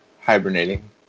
hibernating